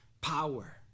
power